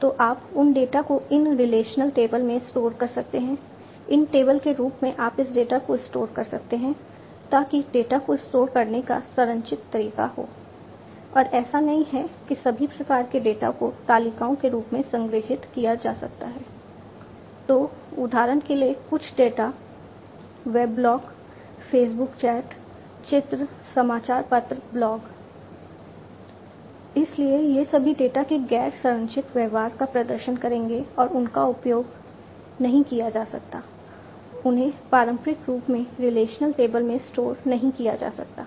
तो आप उन डेटा को इन रिलेशनल टेबल में स्टोर नहीं किया जा सकता है